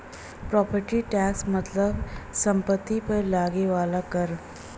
property tax मतलब सम्पति पर लगे वाला कर